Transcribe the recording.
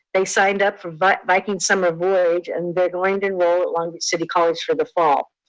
they signed up for but viking summer voyage, and they're going to enroll at long beach city college for the fall.